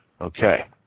Okay